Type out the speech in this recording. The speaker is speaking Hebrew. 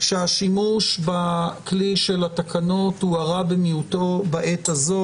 שהשימוש בכלי של התקנות הוא הרע במיעוטו בעת הזו.